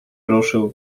ruszył